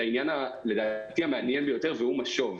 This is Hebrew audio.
העניין שלדעתי הוא המעניין ביותר, המשוב.